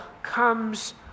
Comes